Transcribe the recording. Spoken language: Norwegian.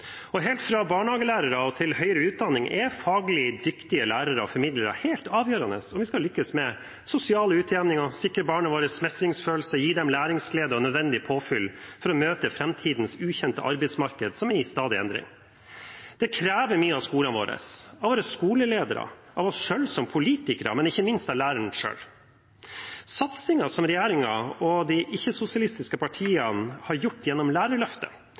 Helt fra barnehage til høyere utdanning er faglig dyktige lærere og formidlere helt avgjørende om vi skal lykkes med sosial utjevning, sikre barna våre mestringsfølelse og gi dem læringsglede og nødvendig påfyll for å møte framtidens ukjente arbeidsmarked, som er i stadig endring. Det krever mye av skolene våre, av våre skoleledere og av oss selv som politikere, men ikke minst av læreren selv. Satsingen som regjeringen og de ikke-sosialistiske partiene har gjort gjennom Lærerløftet,